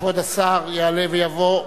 כבוד השר יעלה ויבוא,